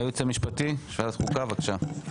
הייעוץ המשפטי של ועדת החוקה, בבקשה.